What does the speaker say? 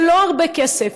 זה לא הרבה כסף.